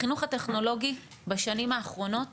החינוך הטכנולוגי בשנים האחרונות